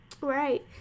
Right